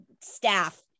staff